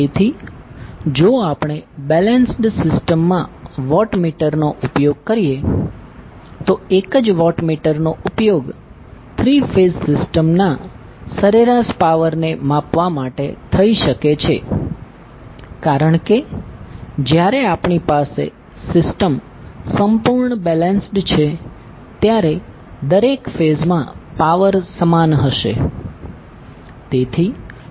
તેથી જો આપણે બેલેન્સ્ડ સિસ્ટમમાં વોટમીટર નો ઉપયોગ કરીએ તો એક જ વોટમીટરનો ઉપયોગ થ્રી ફેઝ સિસ્ટમના સરેરાશ પાવરને માપવા માટે થઈ શકે છે કારણ કે જ્યારે આપણી પાસે સિસ્ટમ સંપૂર્ણ બેલેન્સ્ડ છે ત્યારે દરેક ફેઝમાં પાવર સમાન હશે